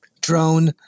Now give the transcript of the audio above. drone